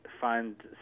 find